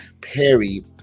Perry